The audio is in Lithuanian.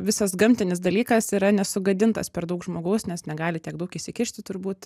visas gamtinis dalykas yra nesugadintas per daug žmogaus nes negali tiek daug įsikišti turbūt